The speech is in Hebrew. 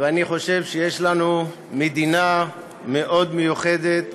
ואני חושב שיש לנו מדינה מאוד מיוחדת,